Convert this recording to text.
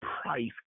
price